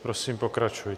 Prosím, pokračujte.